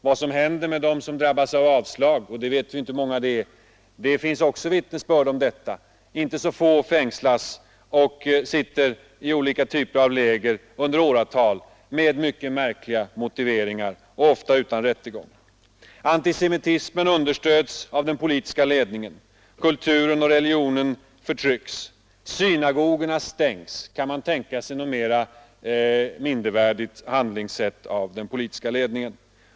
Vad som händer med dem som drabbas av avslag — vi vet inte hur många det är — finns det också vittnesbörd om. Inte så få fängslas och sitter i olika typer av läger i åratal med mycket märkliga motiveringar och ofta utan rättegång. Antisemitismen understöds av den politiska ledningen. Den judiska kulturen och religionen förtrycks och synagogorna stängs. Kan man tänka sig något mera mindervärdigt handlingssätt av den politiska ledningen?